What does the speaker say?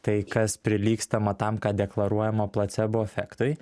tai kas prilygstama tam ką deklaruojama placebo efektui